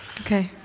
Okay